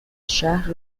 شهر